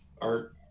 art